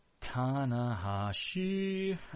Tanahashi